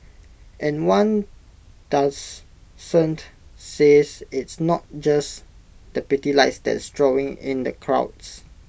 and one doubts cent says it's not just the pretty lights that's drawing in the crowds